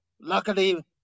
Luckily